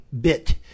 bit